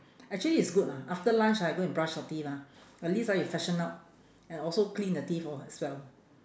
actually it's good ah after lunch I go and brush your teeth lah at least ah you freshen up and also clean the teeth lor as well